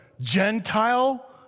Gentile